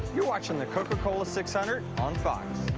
you're watching the coca-cola six hundred on fox.